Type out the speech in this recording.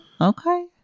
okay